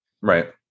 Right